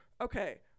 okay